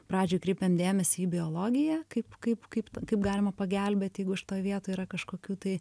pradžioj kreipiam dėmesį į biologiją kaip kaip kaip kaip galima pagelbėt jeigu šitoj vietoj yra kažkokių tai